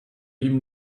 ihm